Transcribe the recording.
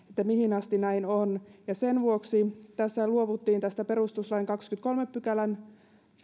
mihin asti näin on ja sen vuoksi luovuttiin tästä perustuslain kahdennenkymmenennenkolmannen pykälän